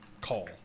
call